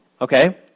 okay